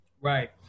Right